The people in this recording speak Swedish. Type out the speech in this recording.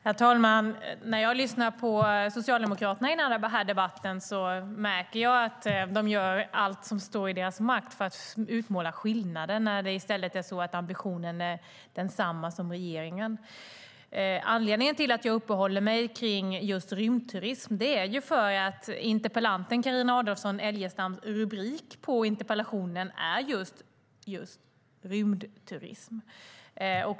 Herr talman! När jag lyssnar på socialdemokraterna i debatten märker jag att de gör allt som står i deras makt för att utmåla skillnader när det i stället är så att ambitionen är densamma som regeringens. Anledningen till att jag uppehåller mig vid just rymdturism är att interpellanten Carina Adolfsson Elgestams rubrik på interpellationen är just Rymdturism.